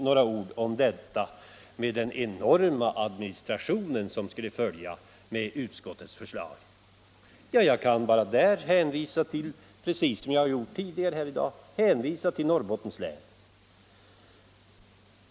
Några ord om den enorma administration som påstås skulle följa, om utskottets förslag går igenom. Jag kan där bara — precis som jag har gjort tidigare i dag — hänvisa till Norrbottens län.